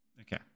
Okay